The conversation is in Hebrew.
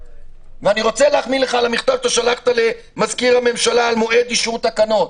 ואני רוצה להחמיא לך על המכתב ששלחת למזכיר הממשלה על מועד אישור תקנות,